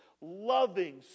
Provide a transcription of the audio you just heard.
loving